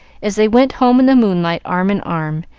as they went home in the moonlight arm in arm,